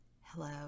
hello